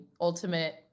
ultimate